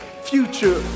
future